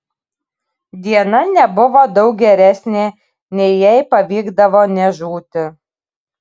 diena nebuvo daug geresnė nei jei pavykdavo nežūti